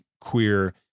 queer